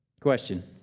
question